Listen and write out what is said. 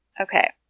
okay